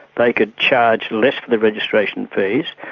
they could charge less for the registration fees,